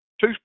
two